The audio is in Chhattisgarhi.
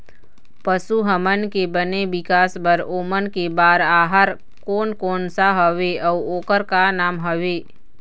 पशु हमन के बने विकास बार ओमन के बार आहार कोन कौन सा हवे अऊ ओकर का नाम हवे?